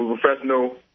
professional